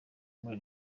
muri